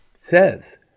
says